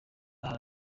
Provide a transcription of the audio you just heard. aha